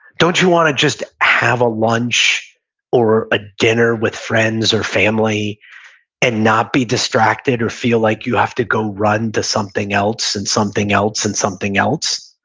don't you want to just have a lunch or a dinner with friends or family and not be distracted or feel like you have to go run to something else and something else and something else?